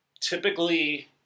typically